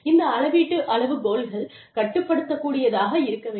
இந்த அளவீட்டு அளவுகோல்கள் கட்டுப்படுத்தக்கூடியதாக இருக்க வேண்டும்